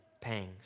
pangs